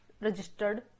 registered